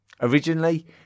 Originally